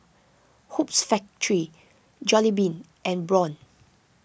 Hoops Factory Jollibee and Braun